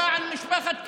למען משפחת כיוף.